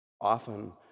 Often